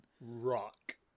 rock